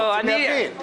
רק להבין.